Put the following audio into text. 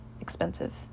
expensive